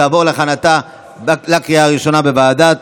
לוועדת